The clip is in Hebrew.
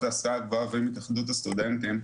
להשכלה גבוהה ועם התאחדות הסטודנטים.